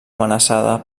amenaçada